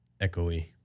echoey